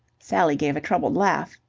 sally gave a troubled laugh.